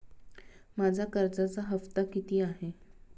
माझा कर्जाचा हफ्ता किती आहे?